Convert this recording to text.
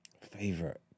Favorite